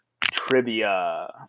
trivia